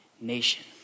nation